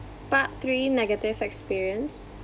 part three negative experience